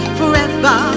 forever